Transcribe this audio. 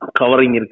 covering